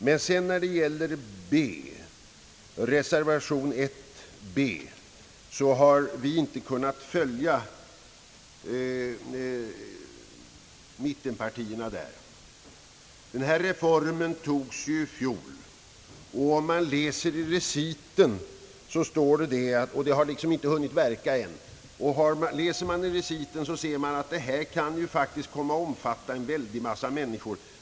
Men när det gäller punkten B i utskottets hemställan har vi inte kunnat följa mittenpartierna. Den reform det här avser beslöts ju i fjol och har liksom inte hunnit verka än. Läser man i reciten ser man att reformen faktiskt kan komma att omfatta en väldig massa människor.